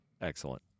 Excellent